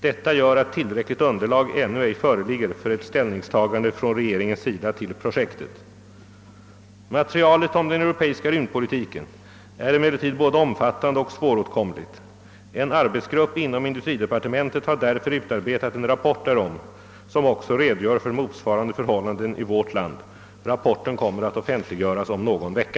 Detta gör att tillräckligt underlag ännu ej föreligger för ett ställningstagande från regeringens sida till projektet. Materialet om den europeiska rymdpolitiken är emellertid både omfattande och svåråtkomligt. En arbetsgrupp inom industridepartementet har därför utarbetat en rapport därom, som också redogör för motsvarande förhållanden i vårt land. Rapporten kommer att offentliggöras om någon vecka.